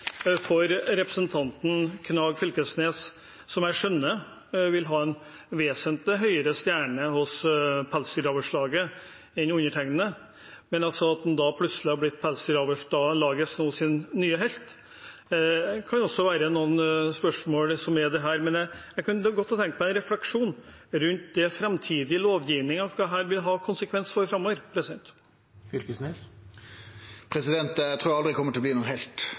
for representanten Knag Fylkesnes? Jeg skjønner at han vil ha en vesentlig høyere stjerne hos Pelsdyralslaget enn undertegnede, at han plutselig har blitt Pelsdyralslagets nye helt nå. Det kan også være noen spørsmål om dette, men jeg kunne godt ha tenkt meg en refleksjon rundt framtidige lovgivninger og hva dette vil ha konsekvenser for framover. Eg trur aldri eg kjem til å bli nokon helt